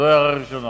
זו הערה ראשונה.